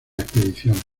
expediciones